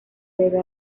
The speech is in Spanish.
debe